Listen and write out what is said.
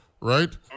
right